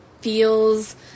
feels